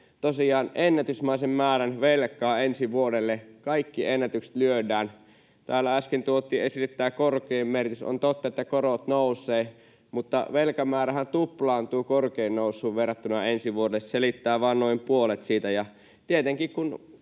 ennätysmäisen määrän velkaa ensi vuodelle. Kaikki ennätykset lyödään. Täällä äsken tuotiin esille tämä korkojen merkitys. On totta, että korot nousevat, mutta velkamäärähän tuplaantuu korkojen nousuun verrattuna ensi vuodelle. Se selittää vain noin puolet siitä.